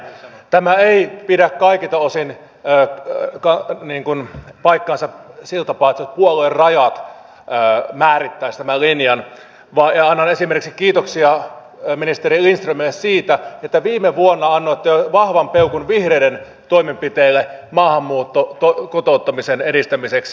tämä ei pidä kaikilta osin paikkaansa sillä tapaa että puoluerajat määrittäisivät tämän linjan vaan annan kiitoksia esimerkiksi ministeri lindströmille siitä että viime vuonna annoitte vahvan peukun vihreiden toimenpiteille maahanmuuttoon liittyvän kotouttamisen edistämiseksi